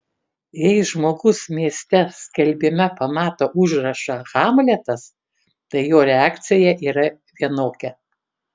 jei žmogus mieste skelbime pamato užrašą hamletas tai jo reakcija yra vienokia